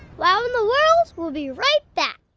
wow in the world will be right back.